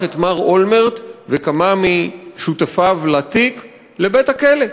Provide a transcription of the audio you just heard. את מר אולמרט וכמה משותפיו לתיק לבית-הכלא.